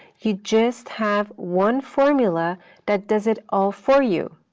you just have one formula that does it all for you.